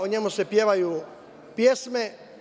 O njemu se pevaju pesme.